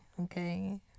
okay